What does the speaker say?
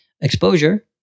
exposure